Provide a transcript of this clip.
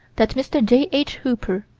that mr. j h. hooper,